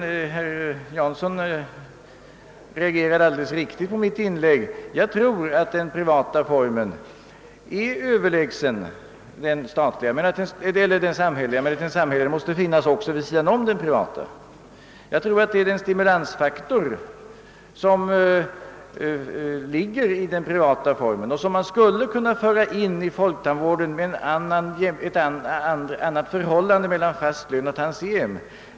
Herr Jansson reagerade alldeles riktigt på mitt inlägg. Jag tror att den privata formen är överlägsen den samhälleliga, men att den samhälleliga måste finnas vid sidan om den privata. Den stimulansfaktor som finns inom den privata tandvården skulle man kunna föra in i folktandvården genom ett annat förhållande mellan fast lön och tantiem.